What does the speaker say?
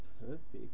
perfect